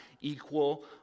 equal